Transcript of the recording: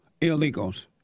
illegals